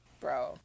Bro